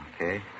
Okay